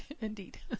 Indeed